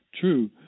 true